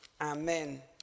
Amen